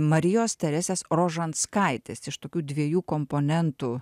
marijos teresės rožanskaitės iš tokių dviejų komponentų